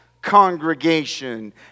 congregation